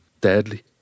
deadly